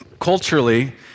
Culturally